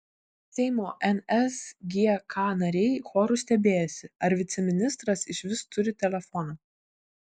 seimo nsgk nariai choru stebėjosi ar viceministras išvis turi telefoną